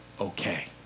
okay